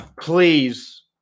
please